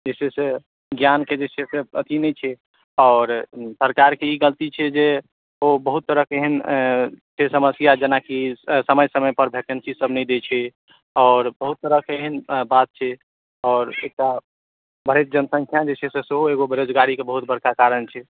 जे छै से ज्ञानके जे छै से अथी नहि छै आओर सरकारके ई गलती छै जे ओ बहुत तरहके एहन जे समस्या जेनाकि समय समय पर वैकेंसी सभ नहि दै छै आओर बहुत तरहके एहन बात छै आओर एकटा बढ़ैत जनसंख्या जे छै सेहो एकटा बेरोजगारीक बहुत बड़का कारण छै